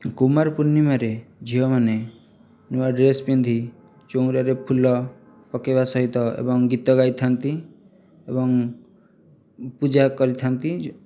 କୁମାର ପୂର୍ଣ୍ଣିମାରେ ଝିଅମାନେ ନୂଆ ଡ୍ରେସ ପିନ୍ଧି ଚଉଁରାରେ ଫୁଲ ପକାଇବା ସହିତ ଏବଂ ଗୀତ ଗାଇଥା'ନ୍ତି ଏବଂ ପୂଜା କରିଥା'ନ୍ତି